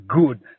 good